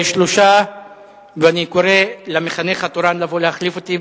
3. אני קורא למחנך התורן לבוא להחליף אותי,